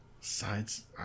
Sides